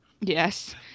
Yes